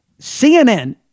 CNN